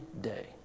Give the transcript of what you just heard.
day